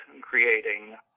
creating